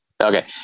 okay